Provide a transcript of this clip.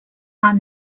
are